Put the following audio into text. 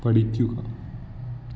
പഠിക്കുക